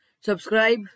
Subscribe